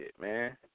man